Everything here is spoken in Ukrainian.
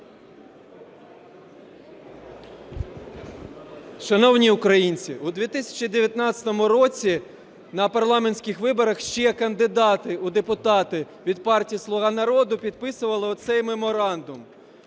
Шановні українці! У 2019 році на парламентських виборах ще кандидати в депутати від партії "Слуга народу" підписували оцей меморандум,